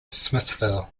smithville